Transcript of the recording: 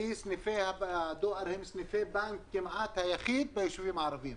כי סניפי הדואר הם סניף הבנק כמעט היחיד ביישובים הערביים.